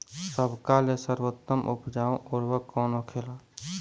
सबका ले सर्वोत्तम उपजाऊ उर्वरक कवन होखेला?